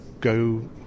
go